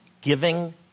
giving